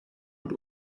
und